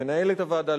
למנהלת הוועדה,